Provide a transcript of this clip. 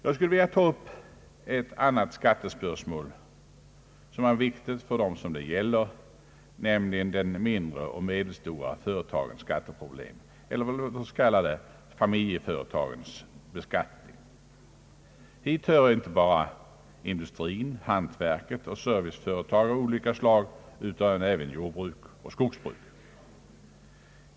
Jag skulle vilja ta upp ett annat skattespörsmål som är viktigt för dem det gäller. Jag tänker på de mindre och medelstora företagens skatteproblem, eller låt oss kalla det familjeföretagens beskattning. Hit hör inte bara industri, hantverk och serviceföretag av olika slag utan även jordbruk och skogsbruk.